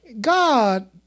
God